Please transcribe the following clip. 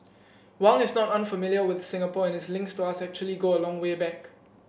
Wang is not unfamiliar with Singapore and his links to us actually go a long way back